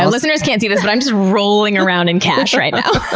listeners can't see this but i'm just rolling around in cash right now.